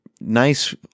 nice